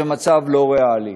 זה מצב לא ריאלי.